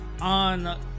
on